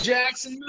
Jackson